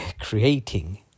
creating